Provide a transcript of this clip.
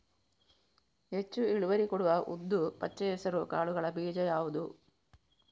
ಹೆಚ್ಚು ಇಳುವರಿ ಕೊಡುವ ಉದ್ದು, ಪಚ್ಚೆ ಹೆಸರು ಕಾಳುಗಳ ಬೀಜ ಯಾವುದು?